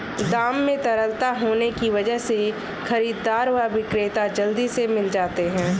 दाम में तरलता होने की वजह से खरीददार व विक्रेता जल्दी से मिल जाते है